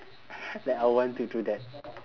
like I'll want to do that